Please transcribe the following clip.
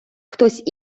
хтось